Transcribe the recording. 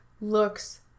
looks